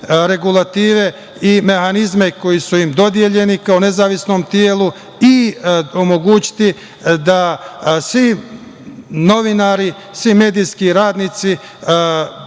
regulative i mehanizme koji su im dodeljeni kao nezavisnom telu i omogućiti da svi novinari, svi medijski radnici,